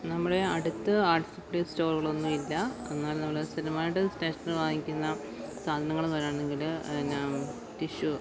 നമ്മുടെ അടുത്ത് art supplies സ്റ്റോറുകളൊന്നുമില്ല എന്നാൽ നമ്മൾ സ്ഥിരമായിട്ട് സ്റ്റേഷനറി വാങ്ങിക്കുന്ന സാധനങ്ങളെന്നു പറയാണെങ്കിൽ പിന്നെ ടിഷ്യു